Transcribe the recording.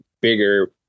bigger